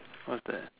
what's that